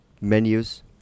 menus